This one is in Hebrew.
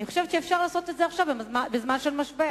אני חושבת שאפשר לעשות את זה עכשיו, בזמן של משבר.